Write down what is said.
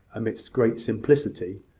amidst great simplicity,